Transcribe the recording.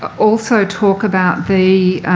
also talk about the